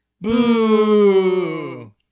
Boo